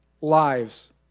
lives